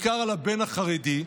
בעיקר על הבן החרדי,